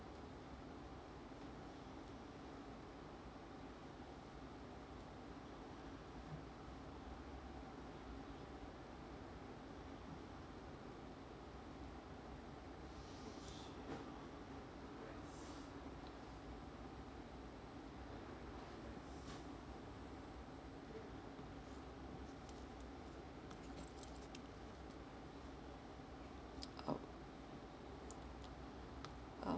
oh uh